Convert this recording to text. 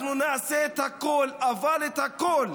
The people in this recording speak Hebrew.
אנחנו נעשה הכול, אבל הכול,